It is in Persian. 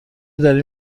داری